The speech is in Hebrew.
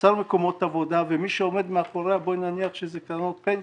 שיצר מקומות עבודה ומי שעומד מאחוריה בואי נניח שזה קרנות פנסיה.